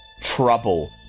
trouble